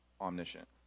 omniscient